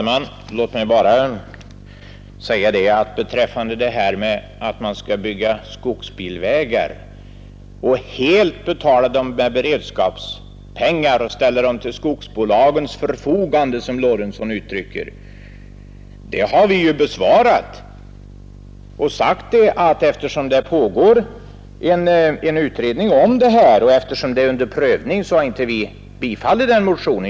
Herr talman! Frågan om att man skall bygga skogsbilvägar som helt betalas med beredskapspengar och ställs till skogsbolagens förfogande, som herr Lorentzon uttrycker det, har utskottet ju besvarat. Vi har sagt att eftersom det pågår en utredning vill vi inte tillstyrka det förslaget.